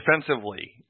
defensively